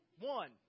One